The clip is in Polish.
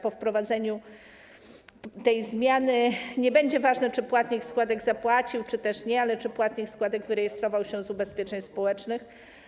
Po wprowadzeniu tej zmiany nie będzie ważne, czy płatnik składek zapłacił je czy też nie, ale to czy płatnik składek wyrejestrował się z ubezpieczeń społecznych.